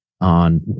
on